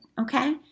Okay